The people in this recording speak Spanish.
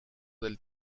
del